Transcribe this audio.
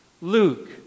Luke